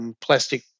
plastic